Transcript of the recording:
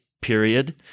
period